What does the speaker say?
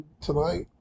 tonight